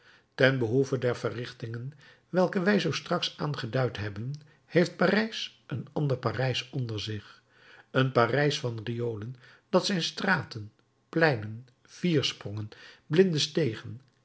ten behoeve der verrichtingen welke wij zoo straks aangeduid hebben heeft parijs een ander parijs onder zich een parijs van riolen dat zijn straten pleinen viersprongen blinde stegen